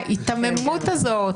ההיתממות הזאת,